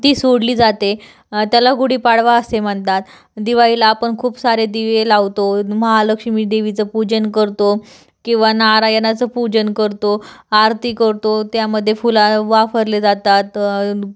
ती सोडली जाते त्याला गुढी पाडवा असे म्हणतात दिवाळीला आपण खूप सारे दिवे लावतो महालक्ष्मी देवीचं पूजन करतो किंवा नारायणाचं पूजन करतो आरती करतो त्यामध्ये फुलं वापरले जातात